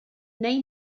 neu